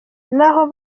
naho